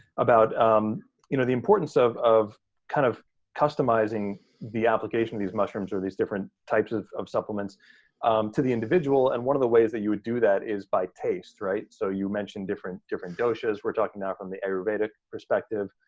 about um you know the importance of of kind of customizing the application of these mushrooms or these different types of of supplements to the individual. and one of the ways that you would do that is by taste. so you mentioned different, different doshas. we're talking now from the ayurvedic perspective.